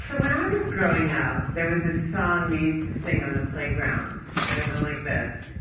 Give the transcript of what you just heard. when i was growing up, there was this song we used to sing on the playground, and it went like this,